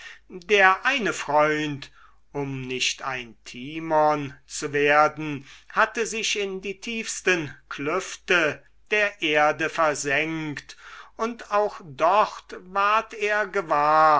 der eine freund um nicht ein timon zu werden hatte sich in die tiefsten klüfte der erde versenkt und auch dort ward er gewahr